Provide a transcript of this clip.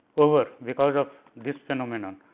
over because of this phenomenon.